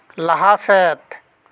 ᱞᱟᱦᱟ ᱥᱮᱫ